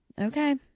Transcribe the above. Okay